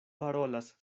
parolas